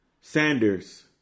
Sanders